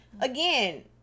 again